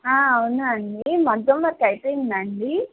అవునా అండీ మగ్గం వర్క్ అయిపోయిందా అండి